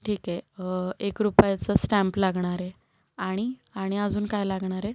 ठीक आहे एक रुपयाचा स्टॅम्प लागणार आहे आणि आणि अजून काय लागणार आहे